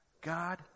God